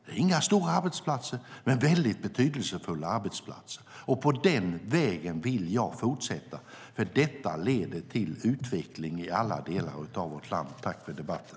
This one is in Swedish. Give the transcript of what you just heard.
Det är inga stora arbetsplatser, men de är betydelsefulla arbetsplatser. Den vägen vill jag fortsätta eftersom den leder till utveckling i alla delar av vårt land. Tack för debatten!